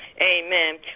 Amen